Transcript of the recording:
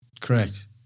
Correct